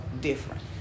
different